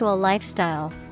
lifestyle